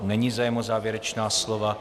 Není zájem o závěrečná slova.